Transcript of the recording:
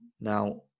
Now